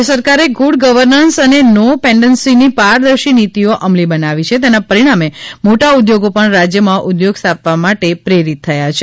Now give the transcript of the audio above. રાજ્ય સરકારે good governance અને નો પેન્ડન્સીની પારદર્શી નીતિઓ અમલી બનાવી છે તેના પરિણામે મોટા ઊદ્યોગો પણ રાજ્યમાં ઊદ્યોગ સ્થાપના માટે પ્રેરિત થયા છે